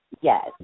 Yes